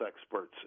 experts